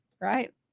right